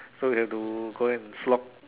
so have to go and slog